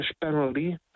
penalty